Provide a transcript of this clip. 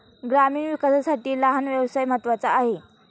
ग्रामीण विकासासाठी लहान व्यवसाय महत्त्वाचा आहे